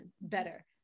better